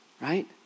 right